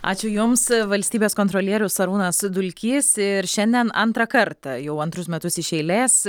ačiū jums valstybės kontrolierius arūnas dulkys ir šiandien antrą kartą jau antrus metus iš eilės